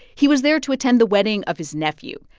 he was there to attend the wedding of his nephew,